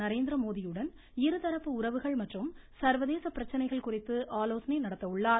நரேந்திரமோடியுடன் இருதரப்பு உறவுகள் மற்றும் சர்வதேச பிரச்சனைகள் குறித்து ஆலோசனை நடத்த உள்ளார்